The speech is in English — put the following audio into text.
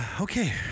Okay